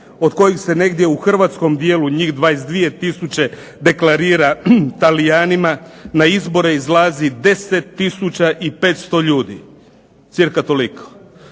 od kojih se negdje u hrvatskom dijelu njih 22000 deklarira Talijanima na izbore izlazi 10500 ljudi, cirka toliko